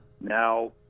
Now